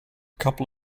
couple